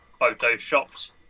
photoshopped